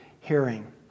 hearing